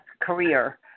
career